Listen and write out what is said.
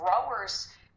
growers